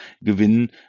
gewinnen